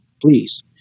please